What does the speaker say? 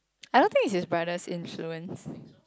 I don't think it's in brightness instrument